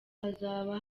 hazaba